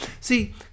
See